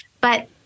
but-